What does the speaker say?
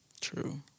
True